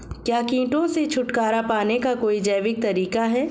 क्या कीटों से छुटकारा पाने का कोई जैविक तरीका है?